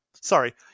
Sorry